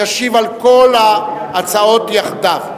ישיב על כל ההצעות יחדיו.